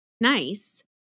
nice